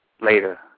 later